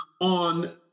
on